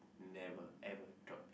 never ever drop the